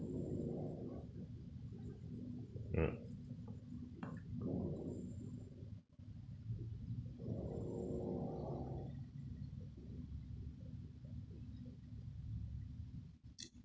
um